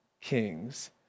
kings